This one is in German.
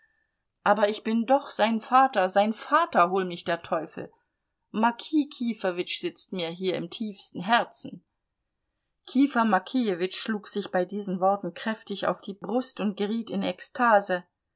aber ich bin doch sein vater sein vater hol mich der teufel mokij kifowitsch sitzt mir hier im tiefsten herzen kifa mokijewitsch schlug sich bei diesen worten kräftig auf die brust und geriet in ekstase